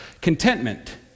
contentment